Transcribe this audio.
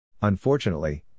Unfortunately